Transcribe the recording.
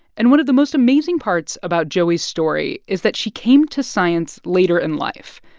and one of the most amazing parts about joey's story is that she came to science later in life.